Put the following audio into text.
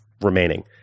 remaining